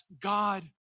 God